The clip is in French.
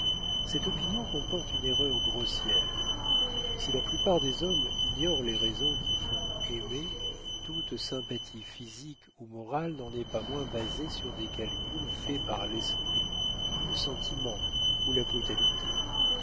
cette opinion comporte une erreur grossière si la plupart des hommes ignorent les raisons qui font aimer toute sympathie physique ou morale n'en est pas moins basée sur des calculs faits par l'esprit le sentiment ou la brutalité